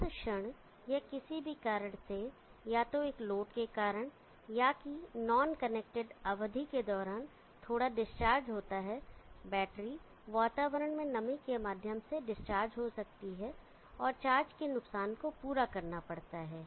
जिस क्षण यह किसी भी कारण से या तो एक लोड के कारण या कि नॉन कनेक्टेड अवधि के दौरान थोड़ा डिस्चार्ज होता है बैटरी वातावरण में नमी के माध्यम से डिस्चार्ज हो सकती है और चार्ज के नुकसान को पूरा करना पड़ता है